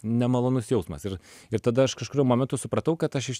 nemalonus jausmas ir ir tada aš kažkuriuo momentu supratau kad aš iš